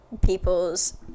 people's